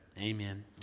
Amen